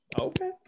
Okay